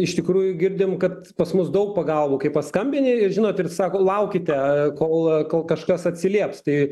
iš tikrųjų girdim kad pas mus daug pagalbų kai paskambini žinot ir sako laukite kol kol kažkas atsilieps tai